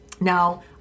Now